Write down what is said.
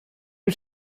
wyt